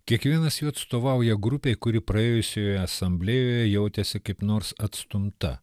kiekvienas jų atstovauja grupei kuri praėjusioje asamblėjoje jautėsi kaip nors atstumta